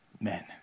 men